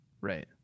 Right